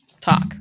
talk